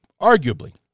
arguably